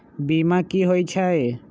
बीमा कि होई छई?